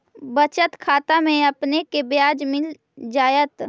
बचत खाता में आपने के ब्याज मिल जाएत